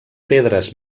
pedres